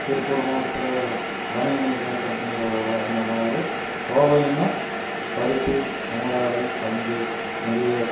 திருப்பூர் மாவட்டத்தில் பனியன் கம்பெனி அந்த மாதிரி கோவையினா பருத்தி நூலாடை பஞ்சு மில்லு